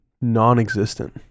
non-existent